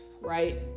right